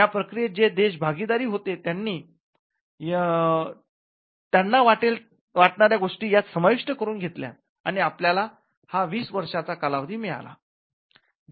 त्या प्रक्रियेत जे देश भागिदार होते हे त्यांनी त्यांना योग्य वाटणाऱ्या गोष्टी यात समाविष्ट करून घेतल्यात आणि आपल्याला हा वीस वर्षा चा कालावधी मिळाला